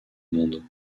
monde